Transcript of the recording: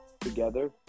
together